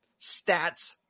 stats